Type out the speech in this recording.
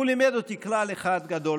הוא לימד אותי כלל אחד גדול,